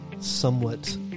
somewhat